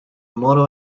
model